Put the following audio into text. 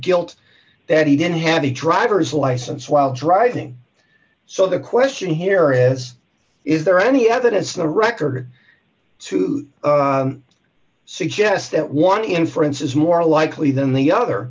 guilt that he didn't have a driver's license while driving so the question here is is there any evidence the record to suggest that one inference is more likely than the other